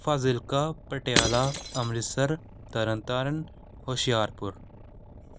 Fazilka Patiala Amritsar Tarn Taran Hoshiarpur